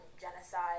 genocide